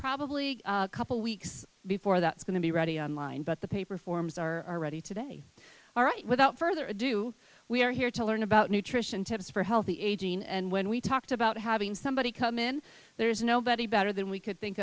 probably a couple weeks before that's going to be ready on line but the paper forms are ready today all right without further ado we are here to learn about nutrition tips for healthy aging and when we talked about having somebody come in there's nobody better than we could think